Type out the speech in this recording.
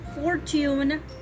fortune